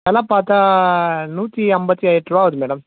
வில பார்த்தா நூற்றி ஐம்பத்தி எட்டுரூபா ஆகுது மேடம்